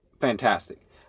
fantastic